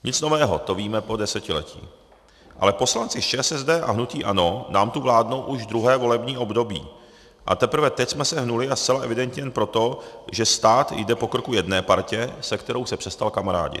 Nic nového, to víme po desetiletí, ale poslanci z ČSSD a hnutí ANO nám tu vládnou už druhé volební období a teprve teď jsme se hnuli a zcela evidentně jen proto, že stát jde po krku jedné partě, se kterou se přestal kamarádit.